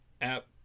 app